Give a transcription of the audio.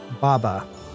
Baba